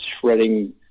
shredding